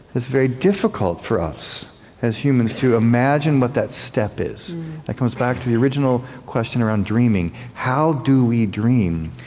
it's very difficult for us as humans to imagine what that step is. it comes back to the original question around dreaming how do we dream?